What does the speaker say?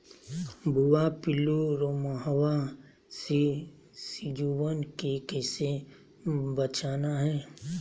भुवा पिल्लु, रोमहवा से सिजुवन के कैसे बचाना है?